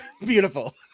Beautiful